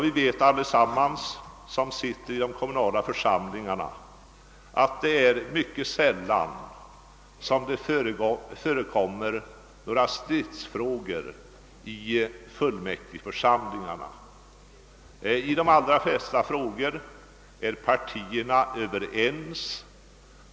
Vi vet allesammans som sitter med i de kommunala församlingarna att det mycket sällan förekommer några stridsfrågor i fullmäktige. I de allra flesta frågor är partierna överens.